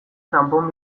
txanpon